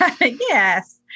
Yes